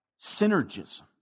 synergism